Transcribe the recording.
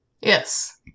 Yes